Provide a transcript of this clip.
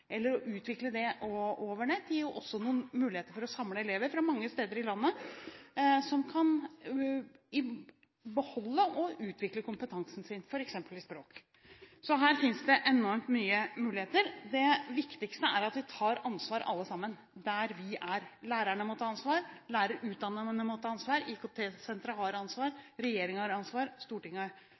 eller utvikle det over Internett. Det gir også muligheter til å samle elever fra mange steder i landet, som da kan beholde og utvikle kompetansen sin, f.eks. i språk. Her finnes det enormt mange muligheter. Det viktigste er at vi alle sammen tar ansvar der vi er. Lærerne må ta ansvar, lærerutdannerne må ta ansvar, IKT-senteret har ansvar, regjeringen har ansvar, Stortinget